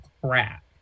crap